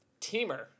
Teamer